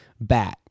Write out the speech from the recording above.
bat